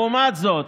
לעומת זאת,